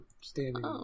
standing